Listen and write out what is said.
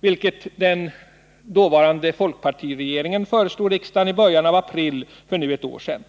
vilket den dåvarande folkpartiregeringen föreslog riksdagen i början av april för nu ett år sedan.